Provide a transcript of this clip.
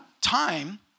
time